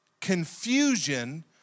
confusion